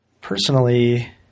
personally